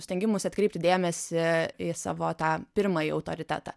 stengimusi atkreipti dėmesį į savo tą pirmąjį autoritetą